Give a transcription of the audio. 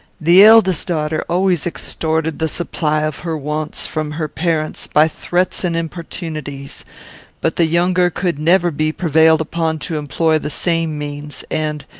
the eldest daughter always extorted the supply of her wants, from her parents, by threats and importunities but the younger could never be prevailed upon to employ the same means, and,